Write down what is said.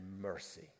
mercy